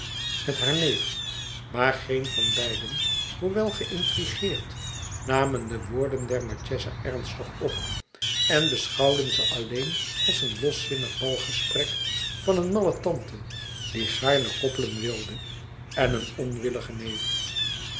met haar neef maar geen van beiden hoewel geïntrigeerd namen de woorden der marchesa ernstig op en beschouwden ze alleen als een loszinnig balgesprek van een malle tante die gaarne koppelen wilde en een onwilligen neef